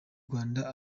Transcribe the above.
rwanda